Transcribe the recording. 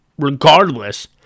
Regardless